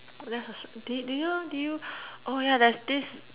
let us did you did you oh yeah there's this